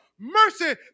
Mercy